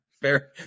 Fair